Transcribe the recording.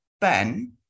Ben